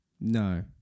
no